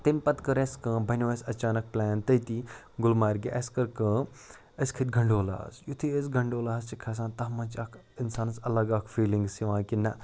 تَمہِ پَتہٕ کٔر اَسہِ کٲم بَنیو اَسہِ اچانک پٕلین تٔتی گُلمرگہِ اَسہِ کٔر کٲم أسۍ کھٔتۍ گَنڈولاہَس یُتھُے أسۍ گَنڈولاہَس چھِ کھسان تَتھ منٛز چھِ اَکھ اِنسانَس اَلگ اَکھ فیٖلِنٛگٕس یِوان کہِ نَہ